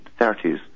1930s